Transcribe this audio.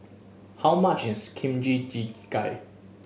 how much is Kimchi Jjigae